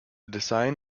design